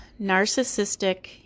narcissistic